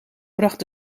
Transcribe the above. bracht